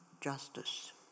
justice